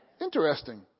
Interesting